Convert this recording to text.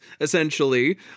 essentially